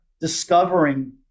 discovering